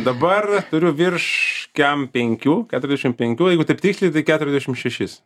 dabar turiu virš kem penkių keturiasdešim penkių jeigu taip tiksliai tai keturiasdešim šešis